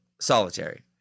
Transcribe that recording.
solitary